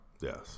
Yes